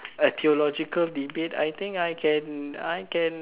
a theological debate I think I can I can